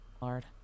Lord